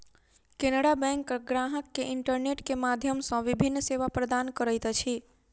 Canara bank ग्राहक के internet के माध्यम सॅ विभिन्न सेवा प्रदान करैत अछि